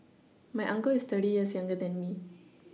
my uncle is thirty years younger than me